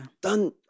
done